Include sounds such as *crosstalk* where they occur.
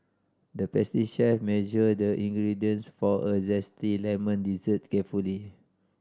the *unintelligible* chef measured the ingredients for a zesty lemon dessert carefully